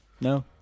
no